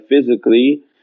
physically